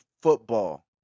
football